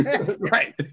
Right